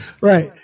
Right